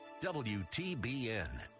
WTBN